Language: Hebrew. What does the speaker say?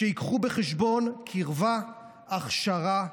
שיביאו בחשבון קרבה, הכשרה ונגישות,